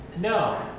No